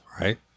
right